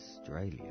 Australia